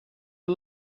are